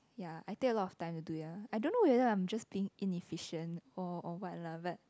ya I take a lot of time to do ya I don't know whether I'm just being inefficient or or what lah but